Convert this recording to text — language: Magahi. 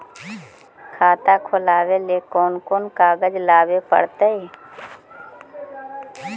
खाता खोलाबे ल कोन कोन कागज लाबे पड़तै?